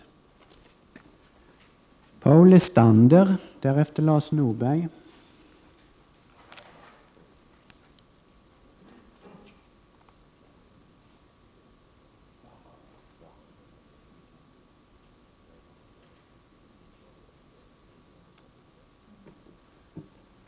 14 december 1988